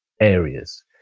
areas